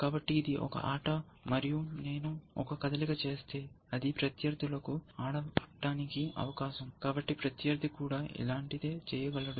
కాబట్టి ఇది ఒక ఆట మరియు నేను ఒక కదలిక చేస్తే అది ప్రత్యర్థులకు ఆడటానికి అవకాశం కాబట్టి ప్రత్యర్థి కూడా ఇలాంటిదే చేయగలడు